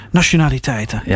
nationaliteiten